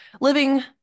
living